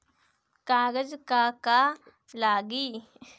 कागज का का लागी?